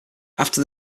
after